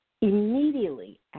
immediately